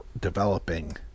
developing